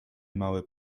mały